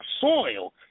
soil